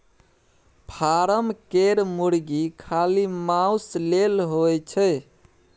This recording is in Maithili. फारम केर मुरगी खाली माउस लेल होए छै